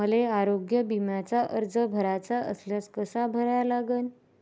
मले आरोग्य बिम्याचा अर्ज भराचा असल्यास कसा भरा लागन?